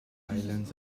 islands